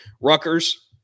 Rutgers